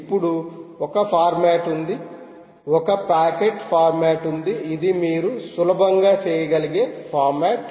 ఇప్పుడు ఒక ఫార్మాట్ ఉంది ఒక ప్యాకెట్ ఫార్మాట్ ఉంది ఇది మీరు సులభంగా చేయగలిగే ఫార్మాట్